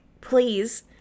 please